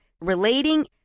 relating